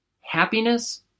Happiness